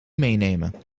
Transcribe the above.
meenemen